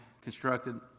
constructed